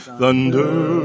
thunder